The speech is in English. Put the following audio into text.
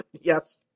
Yes